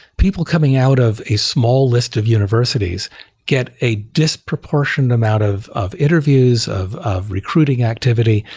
people coming out of a small list of universities get a disproportionate amount of of interviews, of of recruiting activity,